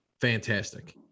fantastic